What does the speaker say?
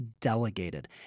delegated